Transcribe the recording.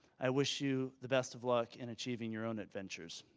i wish you the best of luck in achieving your own adventures.